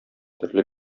төрле